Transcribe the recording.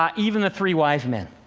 um even the three wise men.